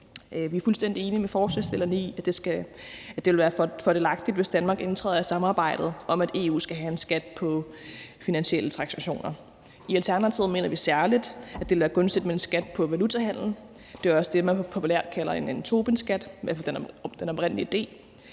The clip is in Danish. Vi er fuldstændig enige med forslagsstillerne i, at det vil være fordelagtigt, hvis Danmark indtræder i samarbejdet om, at EU skal have en skat på finansielle transaktioner. I Alternativet mener vi særlig, at det vil være gunstigt med en skat på valutahandel. Det er også det, man populært kalder en Tobinskat, i hvert fald den oprindelige idé.